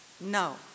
No